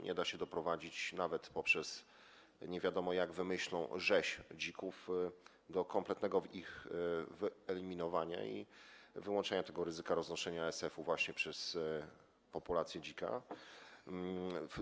Nie da się doprowadzić nawet poprzez nie wiadomo jak wymyślną rzeź dzików do kompletnego ich wyeliminowania i wyłączenia ryzyka roznoszenia ASF-u właśnie przez populację dzików.